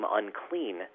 unclean